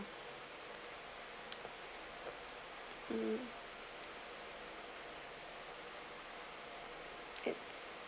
um goods